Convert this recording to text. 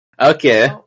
Okay